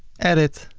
edit.